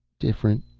different.